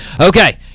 Okay